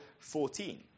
14